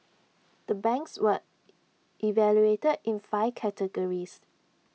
the banks were evaluated in five categories